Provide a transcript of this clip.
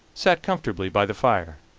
sat comfortably by the fire.